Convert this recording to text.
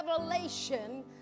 revelation